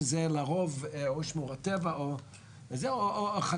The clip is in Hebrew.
שזה לרוב שמורת טבע או החקלאים,